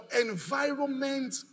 environment